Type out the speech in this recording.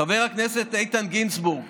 חבר הכנסת איתן גינזבורג,